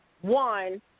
one